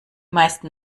meisten